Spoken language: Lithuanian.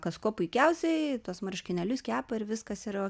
kas kuo puikiausiai tuos marškinėlius kepa ir viskas yra